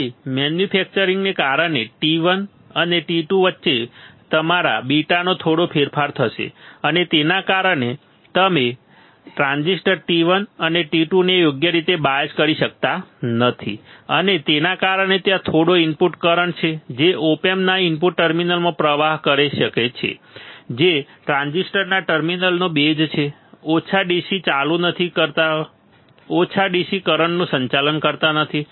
તેથી મેન્યુફેક્ચરીંગને કારણે T1 અને T2 વચ્ચે તમારા β નો થોડો ફેરફાર થશે અને તેના કારણે તમે ટ્રાંઝિસ્ટર T1 અને T2 ને યોગ્ય રીતે બાયઝ કરી શકતા નથી અને તેના કારણે ત્યાં થોડો ઇનપુટ કરંટ છે જે ઓપ એમ્પના ઇનપુટ ટર્મિનલ્સમાં પ્રવાહ કરી શકે છે જે 2 ટ્રાન્ઝિસ્ટરના ટર્મિનલનો બેઝ છે ઓછા DC ચાલુ નથી કરતા ઓછા DC કરંટનું સંચાલન કરતા નથી